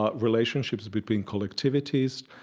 ah relationships between collectivities,